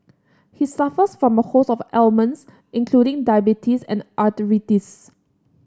he suffers from a host of ailments including diabetes and arthritis